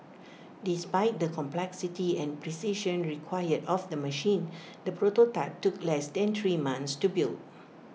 despite the complexity and precision required of the machine the prototype took less than three months to build